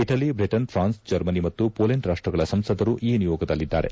Italy Britain France Germany ಮತ್ತು Poland ರಾಷ್ಷಗಳ ಸಂಸದರು ಈ ನಿಯೋಗದಲ್ಲಿದ್ದಾರೆ